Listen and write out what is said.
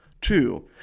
Two